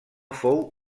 fou